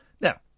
Now